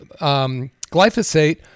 glyphosate